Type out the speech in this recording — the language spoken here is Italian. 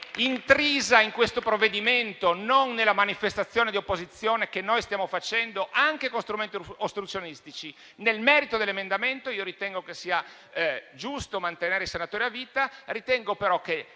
intrisa in questo provvedimento, non nella manifestazione di opposizione che noi stiamo facendo, anche con strumenti ostruzionistici. Nel merito dell'emendamento, ritengo sia giusto mantenere i senatori a vita, ma che